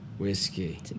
Whiskey